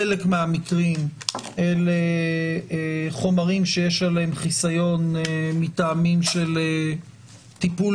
חלק מהמקרים אלה חומרים שיש עליהם חיסיון מטעמים של טיפול